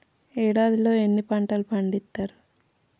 ఏడాదిలో ఎన్ని పంటలు పండిత్తరు?